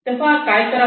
तेव्हा काय करावे